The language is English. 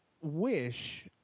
wish